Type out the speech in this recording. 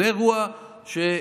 זה אירוע שצריך,